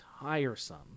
tiresome